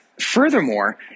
Furthermore